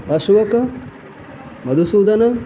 अशोकः मधुसूदनः